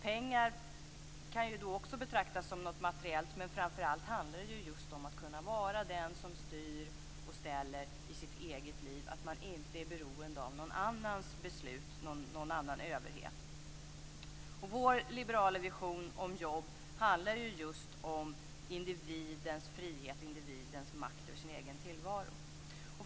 Pengar kan också betraktas som något materiellt, men det handlar framför allt om att kunna vara den som styr och ställer i sitt eget liv. Det handlar om att man inte skall vara beroende av någon överhets beslut. Vår liberala vision om jobb handlar just om individens frihet och individens makt över sin egen tillvaro.